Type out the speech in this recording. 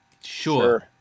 Sure